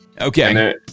okay